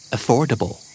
Affordable